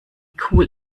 cool